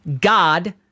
god